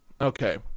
Okay